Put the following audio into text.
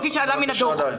כפי שעלה מהדוח,